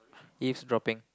eavesdropping